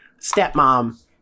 stepmom